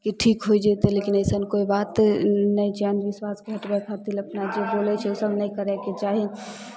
कि ई ठीक होय जयतै लेकिन अइसन कोइ बात नहि छै अन्धविश्वासकेँ हटबै खातिर अपना जे बोलै छै ओसभ नहि करयके चाही